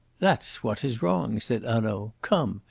that's what is wrong, said hanaud. come,